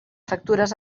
factures